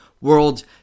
world